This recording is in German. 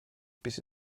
bis